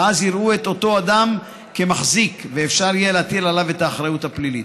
שאז יראו את אותו אדם כמחזיק ואפשר יהיה להטיל עליו את האחריות הפלילית.